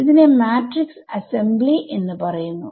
ഇതിനെ matrix assembly എന്ന് പറയുന്നു